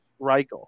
Reichel